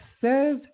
says